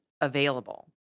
available